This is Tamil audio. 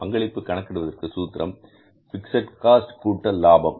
பங்களிப்பு கணக்கிடுவதற்கு சூத்திரம் பிக்ஸட் காஸ்ட் கூட்டல் லாபம்